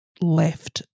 left